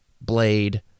Blade